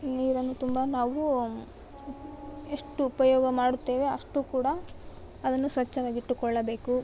ನೀರನ್ನು ತುಂಬ ನಾವು ಎಷ್ಟು ಉಪಯೋಗ ಮಾಡುತ್ತೇವೆ ಅಷ್ಟು ಕೂಡ ಅದನ್ನು ಸ್ವಚ್ಛವಾಗಿಟ್ಟುಕೊಳ್ಳಬೇಕು